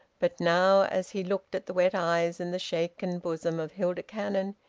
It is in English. but now, as he looked at the wet eyes and the shaken bosom of hilda cannon,